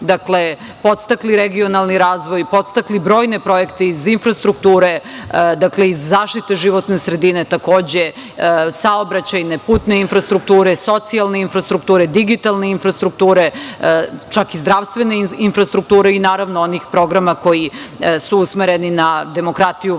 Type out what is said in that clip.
Dakle, podstakli regionalni razvoj, podstakli brojne projekte iz infrastrukture, iz zaštite životne sredine takođe, saobraćajne, putne infrastrukture, socijalne infrastrukture, digitalne infrastrukture, čak i zdravstvene infrastrukture i, naravno, onih programa koji su usmereni na demokratiju, vladavinu